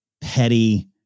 petty